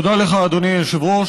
תודה לך, אדוני היושב-ראש.